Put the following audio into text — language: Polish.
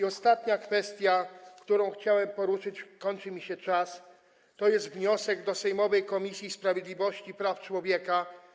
I kolejna kwestia, którą chciałem poruszyć - kończy mi się czas - to jest wniosek do sejmowej Komisji Sprawiedliwość i Praw Człowieka.